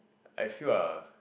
I feel are